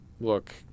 look